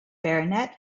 baronet